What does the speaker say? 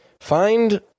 Find